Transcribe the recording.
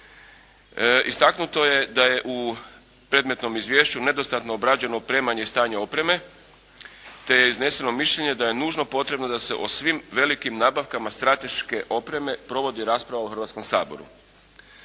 Istaknuto je da je u predmetnom izvješću nedostatno obrađeno opremanje i stanje opreme, te je izneseno mišljenje da je nužno potrebno da se o svim velikim nabavkama strateške opreme provodi rasprava u Hrvatskom saboru.